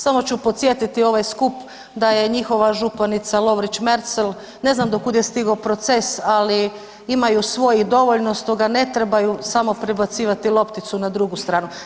Samo ću podsjetiti ovaj skup da je njihova županica Lovrić Merzel ne znam do kud je stigao proces, ali imaju svojih dovoljno, stoga ne trebaju samo prebacivati lopticu na drugu stranu.